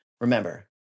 Remember